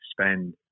spend